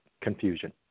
confusion